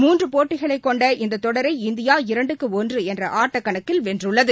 மூன்றுபோட்டிகளைக் கொண்ட இந்ததொடரை இந்தியா இரண்டுக்கு ஒன்றுஎன்றஆட்டக்கணக்கில் வென்றுள்ளது